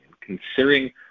considering